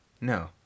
no